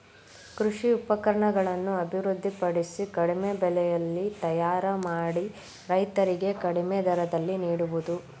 ಕೃಷಿ ಉಪಕರಣಗಳನ್ನು ಅಭಿವೃದ್ಧಿ ಪಡಿಸಿ ಕಡಿಮೆ ಬೆಲೆಯಲ್ಲಿ ತಯಾರ ಮಾಡಿ ರೈತರಿಗೆ ಕಡಿಮೆ ದರದಲ್ಲಿ ನಿಡುವುದು